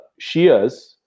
Shias